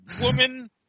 woman